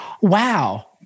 Wow